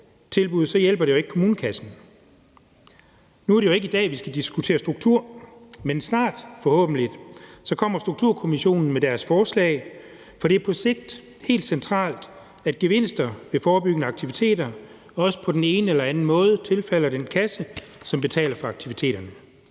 hjælper det jo ikke på kommunekassen. Nu er det jo ikke i dag, at vi skal diskutere struktur, men snart, forhåbentlig, kommer Sundhedsstrukturkommissionen med deres forslag, for det er på sigt helt centralt, at gevinster ved forebyggende aktiviteter også på den ene eller den anden måde tilfalder den kasse, som betaler for aktiviteterne.